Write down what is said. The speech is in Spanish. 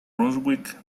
brunswick